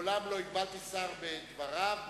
מעולם לא הגבלתי שר בדבריו,